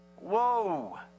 Whoa